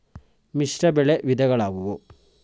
ಮಿಶ್ರಬೆಳೆ ವಿಧಗಳಾವುವು?